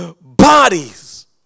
Bodies